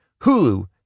Hulu